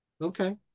Okay